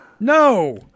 No